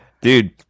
dude